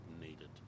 needed